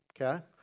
Okay